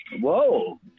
Whoa